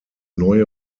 neue